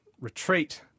retreat